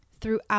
throughout